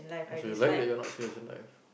but so you like that you're not serious in life